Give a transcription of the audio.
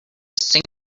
sink